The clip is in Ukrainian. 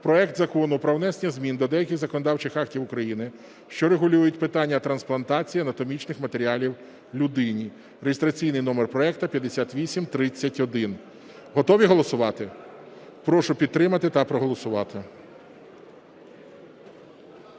проект Закону про внесення змін до деяких законодавчих актів України, що регулюють питання трансплантації анатомічних матеріалів людині (реєстраційний номер проекту 5831). Готові голосувати? Прошу підтримати та проголосувати.